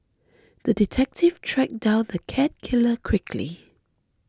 the detective tracked down the cat killer quickly